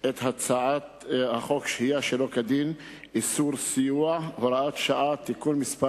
את הצעת חוק שהייה שלא כדין (איסור סיוע) (הוראות שעה) (תיקון מס'